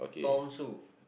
Tom Sue